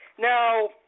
Now